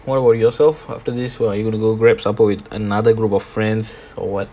what about yourself after this what are you gonna go grab supper with another group of friends or what